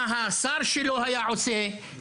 מה השר שלו היה עושה?